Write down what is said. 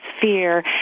fear